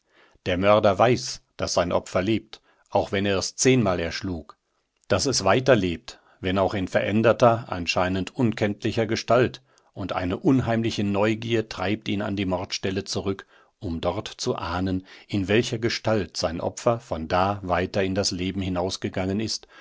der mörder weiß daß sein opfer lebt auch wenn er es zehnmal erschlug daß es weiterlebt wenn auch in veränderter anscheinend unkenntlicher gestalt und eine unheimliche neugier treibt ihn an die mordstelle zurück um dort zu ahnen in welcher gestalt sein opfer von da weiter in das leben hinausgegangen ist